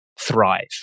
thrive